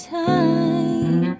time